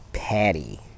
patty